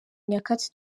nyakatsi